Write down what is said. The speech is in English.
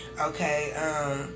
okay